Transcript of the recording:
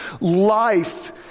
life